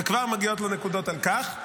וכבר מגיעות לו נקודות על כך.